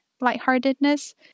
lightheartedness